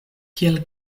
kiel